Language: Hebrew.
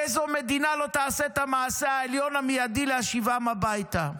איזו מדינה לא תעשה את המעשה העליון המיידי להשיבם הביתה?